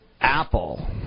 Apple